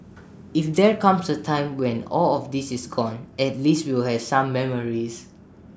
if there comes A time when all of this is gone at least we will have some memories